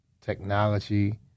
technology